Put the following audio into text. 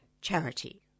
charity